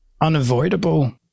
unavoidable